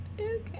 Okay